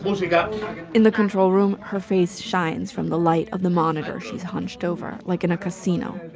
musica in the control room, her face shines from the light of the monitor she's hunched over like in a casino,